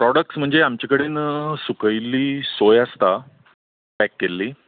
products म्हणजे आमचे कडेन सुकयल्ली सोय आसता पॅक केल्ली